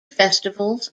festivals